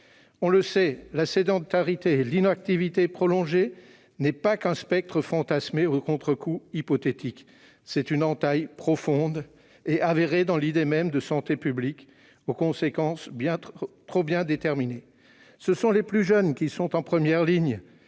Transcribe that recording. On le sait, la sédentarité et l'inactivité prolongée ne sont pas qu'un spectre fantasmé aux contrecoups hypothétiques : c'est une entaille profonde et attestée dans l'idée même de santé publique, dont les conséquences sont trop bien déterminées. Les plus jeunes sont en première ligne